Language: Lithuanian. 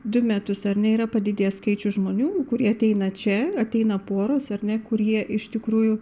du metus ar ne yra padidėjęs skaičius žmonių kurie ateina čia ateina poros ar ne kurie iš tikrųjų